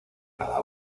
cada